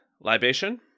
libation